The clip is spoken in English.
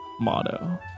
motto